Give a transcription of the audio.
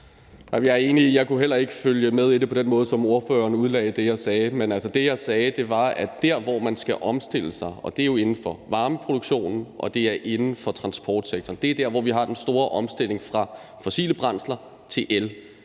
jeg kunne heller ikke følge med i det på den måde, som ordføreren udlagde det, jeg sagde. Men altså, det, jeg sagde, var, at der, hvor man skal omstille sig – og det er jo inden for varmeproduktion, og det er inden for transportsektoren; det er der, hvor vi har den store omstilling fra fossile brændsler til el